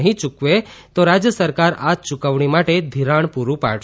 નહીં યૂકવી શકે તો રાજ્ય સરકાર આ યૂકવણી માટે ધિરાણ પૂરું પાડશે